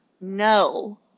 No